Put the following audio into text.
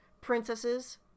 princesses